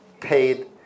paid